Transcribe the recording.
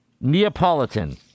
Neapolitan